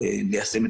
יש פה